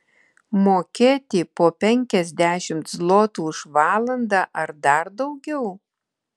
mokėti po penkiasdešimt zlotų už valandą ar dar daugiau